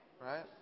right